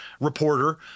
reporter